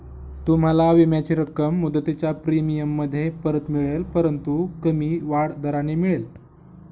तुम्हाला विम्याची रक्कम मुदतीच्या प्रीमियममध्ये परत मिळेल परंतु कमी वाढ दराने मिळेल